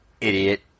idiot